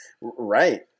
Right